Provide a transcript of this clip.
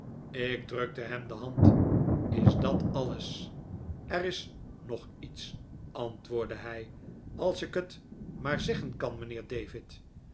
ik drukte hem de hand is dat alles er is nog iets antwoordde hij als ik het maar zeggen kan mijnheer david